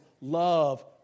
Love